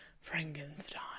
Frankenstein